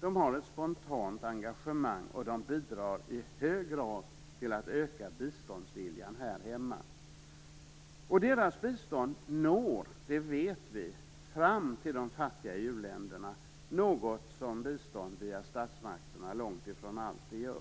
de har ett spontant engagemang och de bidrar i hög grad till att öka biståndsviljan här hemma. Vi vet att deras bistånd når fram till de fattiga i u-länderna, vilket bistånd via statsmakterna långt ifrån alltid gör.